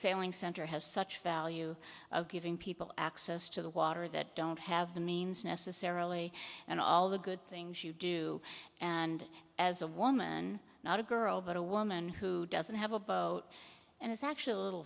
sailing center has such value of giving people access to the water that don't have the means necessarily and all the good things you do and as a woman not a girl but a woman who doesn't have a boat and is actually a